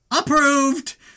Approved